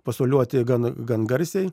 pasoliuoti gan gan garsiai